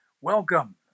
welcome